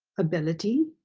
ability,